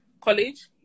college